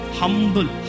humble